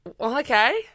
okay